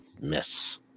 miss